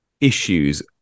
issues